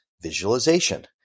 visualization